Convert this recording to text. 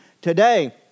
today